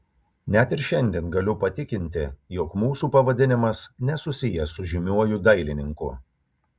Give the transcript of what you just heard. net ir šiandien galiu patikinti jog mūsų pavadinimas nesusijęs su žymiuoju dailininku